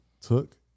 took